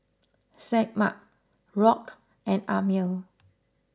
Semaj Rock and Amil